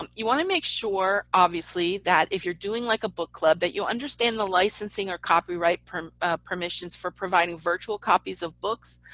um you want to make sure, obviously, that if you're doing like a book club that you understand the licensing or copyright permissions for providing virtual copies of books,